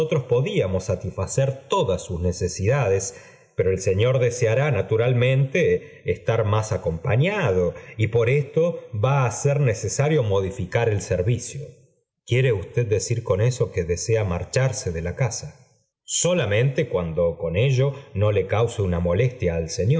podíamos satisfacer todas sus necesidades pero elvfior detesá íf turalmente estar más acompañado y por esto va á ser necesario modificar el servicio lix te i m rfiíiiv m m m ift m quiere usted decir con eso que desea marchamé de la casa solamente cuando con ello no le cause una molestia al